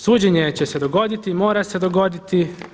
Suđenje će se dogoditi i mora se dogoditi.